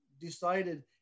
decided